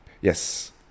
Yes